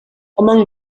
among